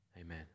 amen